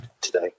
today